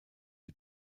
die